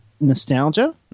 nostalgia